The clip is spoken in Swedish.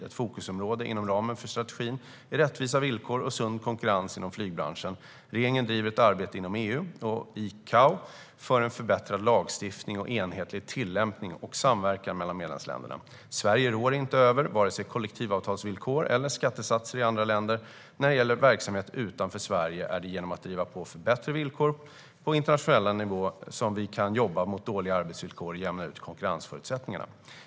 Ett fokusområde inom ramen för strategin är rättvisa villkor och sund konkurrens inom flygbranschen. Regeringen driver ett arbete inom EU och ICAO för en förbättrad lagstiftning, enhetlig tillämpning och samverkan mellan medlemsländerna. Sverige rår inte över vare sig kollektivavtalsvillkoren eller skattesatser i andra länder. När det gäller verksamhet utanför Sverige är det genom att driva på för bättre villkor på internationell nivå som vi kan jobba mot dåliga arbetsvillkor och jämna ut konkurrensförutsättningarna.